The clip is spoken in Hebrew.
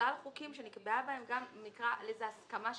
שלל חוקים שנקבעה בהם איזו הסכמה שבשתיקה.